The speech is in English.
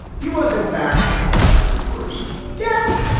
he was, in fact, dr. ferguson. yes,